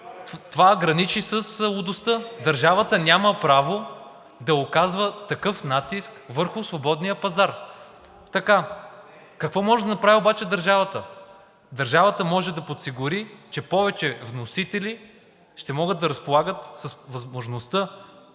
Това граничи с лудостта! Държавата няма право да оказва такъв натиск върху свободния пазар. Какво може да направи обаче държавата? Държавата може да подсигури, че повече вносители ще могат да разполагат с възможността